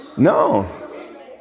No